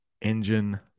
engine